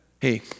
Hey